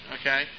Okay